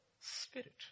Spirit